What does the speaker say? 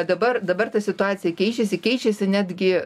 dabar dabar ta situacija keičiasi keičiasi netgi